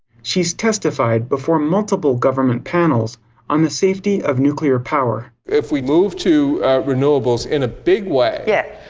she's testified before multiple government panels on the safety of nuclear power. if we move to renewables in a big way yeah.